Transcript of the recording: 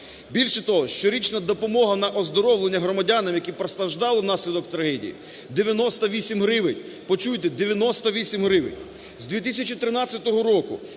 Більше того, щорічна допомога на оздоровлення громадянам, які постраждали внаслідок трагедії, – 98 гривень. Почуйте: 98 гривень. З 2013 року